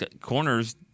corners